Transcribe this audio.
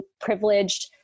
privileged